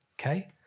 okay